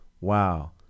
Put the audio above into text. wow